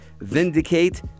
Vindicate